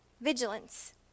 vigilance